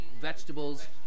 vegetables